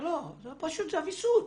פשוט זה הוויסות.